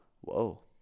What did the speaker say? whoa